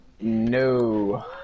No